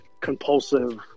compulsive